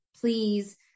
please